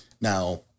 Now